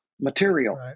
material